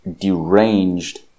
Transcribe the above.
deranged